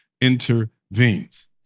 intervenes